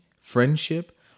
friendship